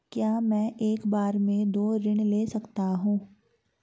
क्या मैं एक बार में दो ऋण ले सकता हूँ?